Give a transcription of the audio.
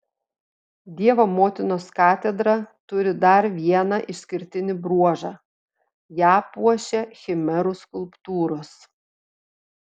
dievo motinos katedra turi dar vieną išskirtinį bruožą ją puošia chimerų skulptūros